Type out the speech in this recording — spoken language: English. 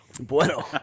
Bueno